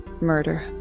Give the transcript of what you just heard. murder